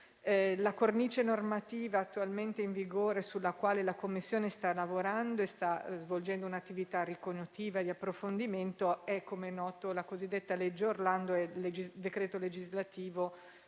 La cornice normativa attualmente in vigore, sulla quale la commissione sta lavorando e sta svolgendo un'attività ricognitiva e di approfondimento, è come noto la cosiddetta legge Orlando, e cioè il decreto legislativo